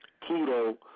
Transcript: Pluto